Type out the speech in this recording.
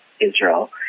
Israel